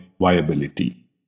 viability